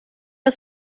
aus